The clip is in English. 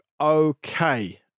Okay